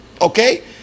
Okay